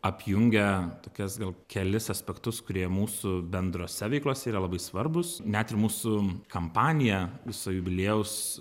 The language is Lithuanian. apjungia tokias gal kelis aspektus kurie mūsų bendrose veiklose yra labai svarbūs net ir mūsų kampanija visa jubiliejaus